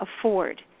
afford